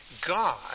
God